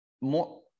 more